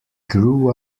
grew